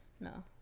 no